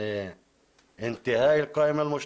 אתמול האחים מיהרו להכריז על סיומה של הרשימה